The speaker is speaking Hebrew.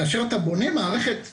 כאשר אתה בונה מערכת מהבסיס,